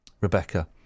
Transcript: Rebecca